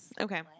Okay